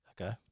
Okay